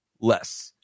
less